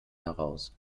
heraus